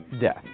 Death